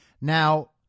Now